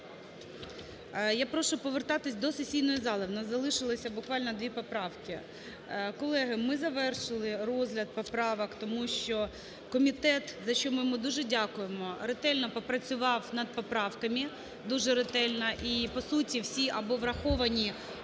Я прошу повертатись до сесійної зали, в нас залишилося буквально дві поправки. Колеги, ми завершили розгляд поправок, тому що комітет, за що ми йому дуже дякуємо, ретельно попрацював над поправками, дуже ретельно і, по суті, всі або враховані,